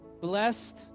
blessed